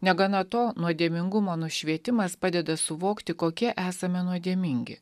negana to nuodėmingumo nušvietimas padeda suvokti kokie esame nuodėmingi